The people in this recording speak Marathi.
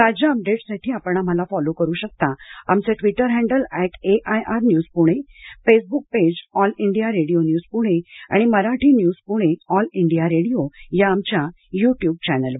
ताज्या अपडेट्ससाठी आपण आम्हाला फॉलो करु शकता आमचं Twitter handle at AIR news Pune Facebook page All India Radio news Pune आणि Marathi news Pune All India Radio या आमच्या युट्युब चॅनेलवर